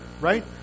right